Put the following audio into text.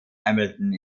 hamilton